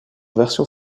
version